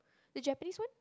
the Japanese one